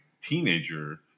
teenager